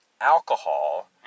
alcohol